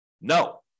No